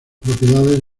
propiedades